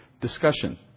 discussion